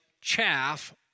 chaff